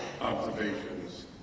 observations